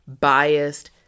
biased